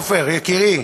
עפר יקירי,